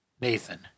Nathan